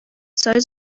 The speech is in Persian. سایز